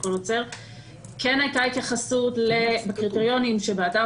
כן הייתה התייחסות לקריטריונים שבאתר